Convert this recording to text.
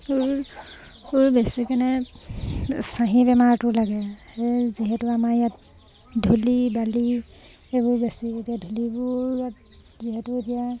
আৰু বেছিকেনে চাহী বেমাৰটো লাগে সেই যিহেতু আমাৰ ইয়াত ধূলি বালি এইবোৰ বেছি এতিয়া ধূলিবোৰ যিহেতু এতিয়া